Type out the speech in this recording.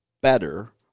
better